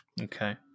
Okay